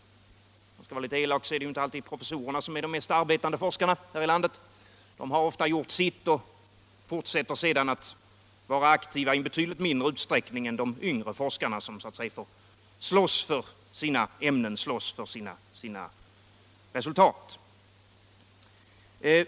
Om jag skall vara litet elak kan jag säga, att det inte alltid är professorerna som är de mest aktiva forskarna här i landet. De har ofta gjort sitt och fortsätter med en betydligt mindre aktivitet än de yngre forskarna, som får slåss för sina resultat.